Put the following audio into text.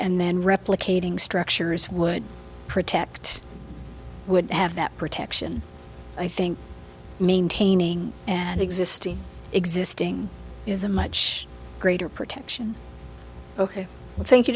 and then replicating structures would protect would have that protection i think maintaining an existing existing is a much greater protection ok thank you